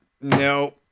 No